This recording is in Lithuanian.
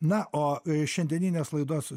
na o šiandieninės laidos